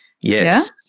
Yes